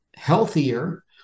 healthier